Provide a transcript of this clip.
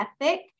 ethic